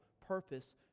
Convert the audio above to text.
purpose